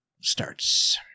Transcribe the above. starts